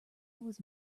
was